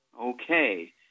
Okay